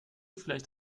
vielleicht